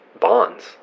bonds